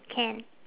can